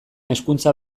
hezkuntza